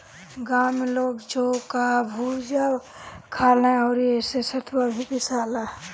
गांव में लोग जौ कअ भुजा खाला अउरी एसे सतुआ भी पिसाला